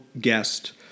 Guest